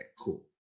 cool